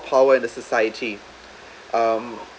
power in the society um